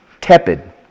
Tepid